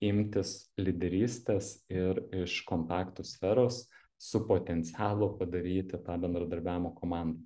imtis lyderystės ir iš kontaktų sferos su potencialu padaryti tą bendradarbiavimo komandą